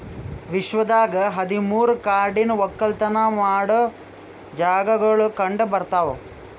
ವಿಶ್ವದಾಗ್ ಹದಿ ಮೂರು ಕಾಡಿನ ಒಕ್ಕಲತನ ಮಾಡೋ ಜಾಗಾಗೊಳ್ ಕಂಡ ಬರ್ತಾವ್